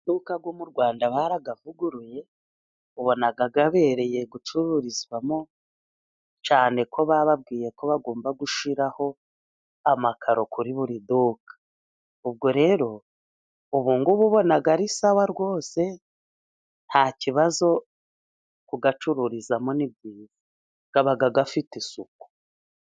Amaduka yo mu Rwanda barayavuguruye. Ubona abereye gucururizwamo, cyane ko bababwiye ko bagomba gushyiraho amakaro kuri buri duka. Ubwo rero ubu ngubu, ubona ari sawa rwose nta kibazo kuyacururizamo, ni byiza aba afite isuku.